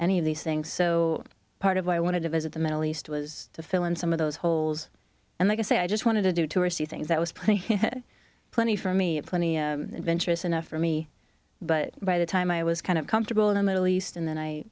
any of these things so part of why i wanted to visit the middle east was to fill in some of those holes and like i say i just wanted to do touristy things that was playing plenty for me plenty venturous enough for me but by the time i was kind of comfortable in middle east and then i